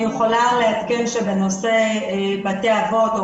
אני יכולה להגיד שבנושא בתי האבות או